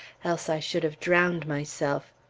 else i should have drowned myself.